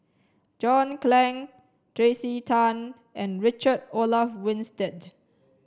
John Clang Tracey Tan and Richard Olaf Winstedt